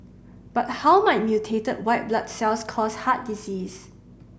but how might mutated white blood cells cause heart disease